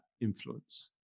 influence